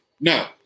No